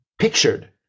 pictured